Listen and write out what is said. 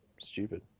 stupid